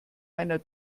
einer